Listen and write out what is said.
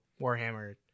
Warhammer